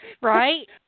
Right